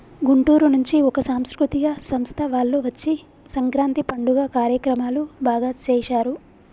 గుంటూరు నుంచి ఒక సాంస్కృతిక సంస్థ వాళ్ళు వచ్చి సంక్రాంతి పండుగ కార్యక్రమాలు బాగా సేశారు